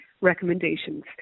recommendations